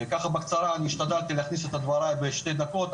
ככה בקצרה אני השתדלתי להכניס את דבריי בשתי דקות.